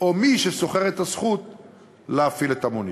או מי ששוכר את הזכות להפעיל את המונית.